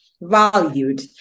Valued